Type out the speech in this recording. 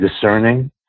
discerning